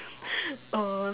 uh